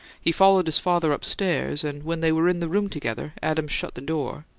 he followed his father upstairs, and when they were in the room together adams shut the door,